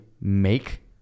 make